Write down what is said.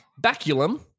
baculum